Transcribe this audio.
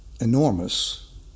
enormous